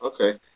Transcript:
Okay